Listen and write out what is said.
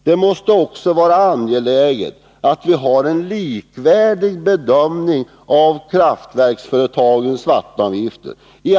Det måste också vara angeläget att vi har en likvärdig bedömning av kraftverksföretagens vattenavgifter.